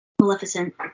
Maleficent